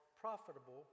profitable